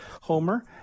Homer